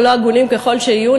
או לא הגונים ככל שיהיו,